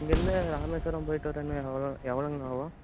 இங்கேருந்து ராமேஸ்வரம் போய்விட்டு வரன்னுன்னால் எவ்வளோ எவ்வளோங்கண்ணா ஆகும்